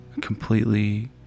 completely